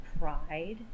pride